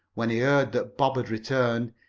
when he heard that bob had returned,